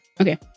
Okay